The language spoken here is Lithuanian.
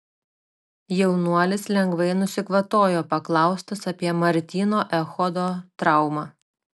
jaunuolis lengvai nusikvatojo paklaustas apie martyno echodo traumą